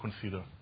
consider